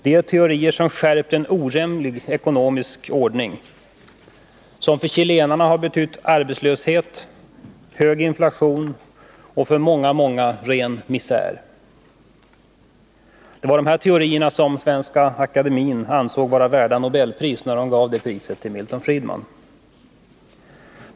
Det är teorier som har skärpt en orimlig ekonomisk ordning, som för chilenarna har betytt arbetslöshet, hög inflation och för många ren misär. Det var dessa teorier som Svenska akademien ansåg vara värda Nobelpris när den gav det priset till Milton Friedman.